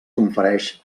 confereix